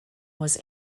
was